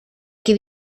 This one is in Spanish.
que